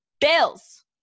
bills